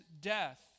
death